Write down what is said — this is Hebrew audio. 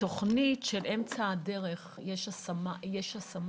בתכנית אמצע הדרך יש השמות?